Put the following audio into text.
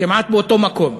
כמעט באותו מקום.